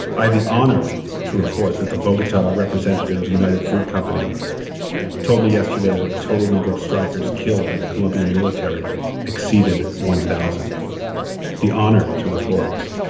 i have the honor to report that the bogota representative of the united fruit company told me yesterday that the total number of strikers killed by the colombian military exceeded one thousand the honor to report.